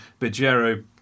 Bajero